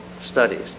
studies